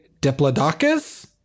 Diplodocus